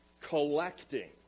collecting